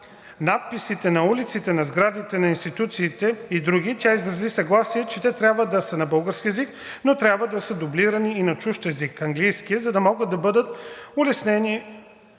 надписите на улици, на сградите, на институциите и други тя изрази съгласие, че те трябва да са на български език, но трябва да са дублирани и на чужд език – английски, за да могат да бъдат улеснени